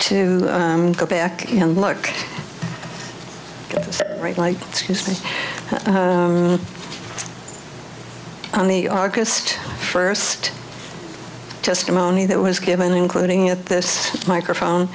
to go back and look like excuse me on the august first testimony that was given including at this microphone